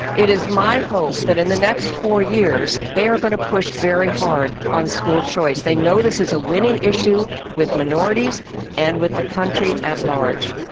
it is my hope that, in the next four years, they are going to push very hard on school choice. they know this is a winning issue with minorities and with the country at large.